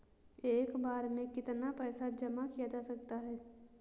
एक बार में कितना पैसा जमा किया जा सकता है?